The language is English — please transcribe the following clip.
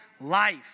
life